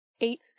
Eight